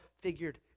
figured